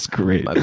great. but